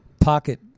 pocket